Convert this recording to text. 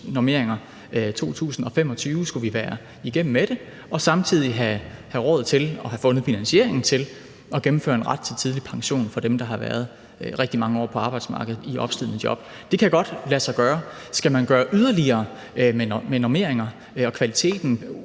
– i 2025 skulle vi være igennem med det – og samtidig have råd til og have fundet finansieringen til at gennemføre en ret til tidligere pension for dem, der har været rigtig mange år på arbejdsmarkedet i opslidende job. Det kan godt lade sig gøre. Skal man gøre yderligere i forhold til normeringer, kvalitet,